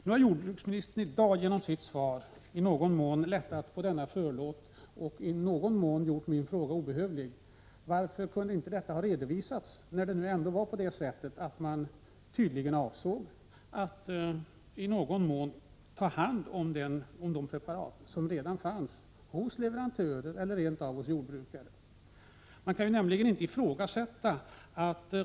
Nu har jordbruksministern i dag genom sitt svar lättat litet på förlåten och i någon mån gjort min fråga obehövlig. Varför kunde man inte, när man ändå tydligen avsåg att ta hand om de preparat som redan fanns hos leverantörer eller rent av hos jordbrukare, ha redovisat det vid presskonferensen?